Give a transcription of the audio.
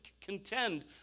contend